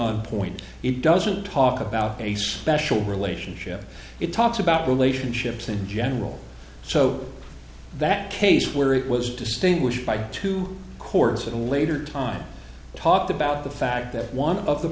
on point it doesn't talk about a special relationship it talks about relationships in general so that case where it was distinguished by two courts at a later time talked about the fact that one of the